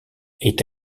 est